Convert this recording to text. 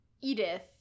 Edith